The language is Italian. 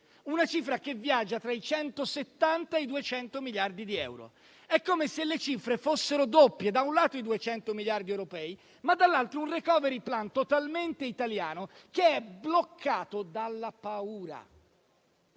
una cifra che viaggia tra i 170 e i 200 miliardi di euro. È come se le risorse fossero doppie: da un lato i 200 miliardi europei, ma dall'altro un *recovery plan* totalmente italiano bloccato dalla paura.